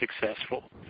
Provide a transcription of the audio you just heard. successful